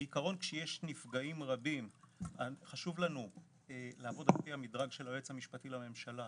כשיש נפגעים רבים חשוב לנו לעבוד לפי המדרג של היועץ המשפטי לממשלה